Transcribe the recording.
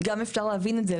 אפשר גם להבין את זה,